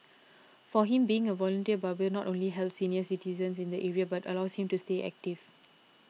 for him being a volunteer barber not only helps senior citizens in the area but allows him to stay active